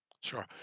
Sure